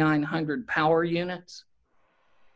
nine hundred power units